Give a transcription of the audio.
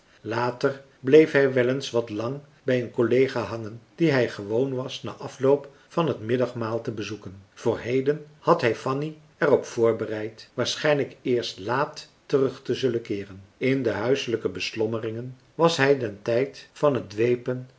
later bleef hij wel eens wat lang bij een collega hangen dien hij gewoon was na afloop van het middagmaal te bezoeken voor heden had hij fanny er op voorbereid waarschijnlijk eerst laat terugte zullen keeren in de huiselijke beslommeringen was hij den tijd van het dwepen